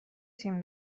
تیم